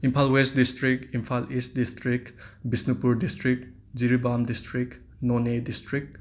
Imphal west district Imphal east district Bishnupur district Jiribam district Noney district